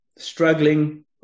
struggling